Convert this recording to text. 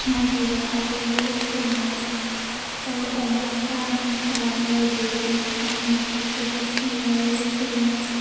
नागिरो आरो लोगोसेनो अमा फार्म खालामो बेजोंनो जोंनि न'खरखौबो खुङो लोगोसेनो